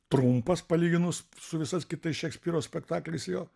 trumpas palyginus su visais kitais šekspyro spektakliais jo